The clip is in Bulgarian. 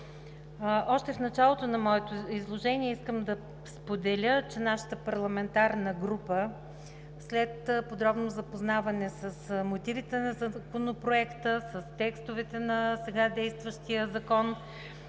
В началото на моето изложение искам да споделя, че нашата парламентарна група след подробно запознаване с мотивите на Законопроекта, с текстовете на сега действащия закон,